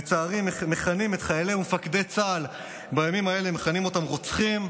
לצערי מכנים את חיילי ומפקדי צה"ל בימים אלו "רוצחים",